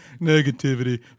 Negativity